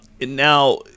Now